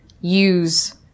use